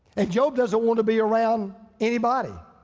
and job doesn't want to be around anybody.